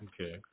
Okay